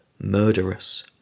murderous